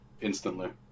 Instantly